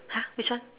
which one